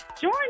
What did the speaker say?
Join